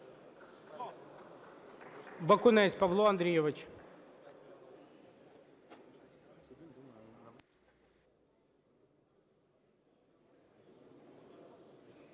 Бакунець Павло Андрійович.